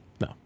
No